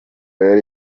yari